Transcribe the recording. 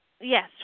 Yes